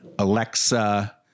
Alexa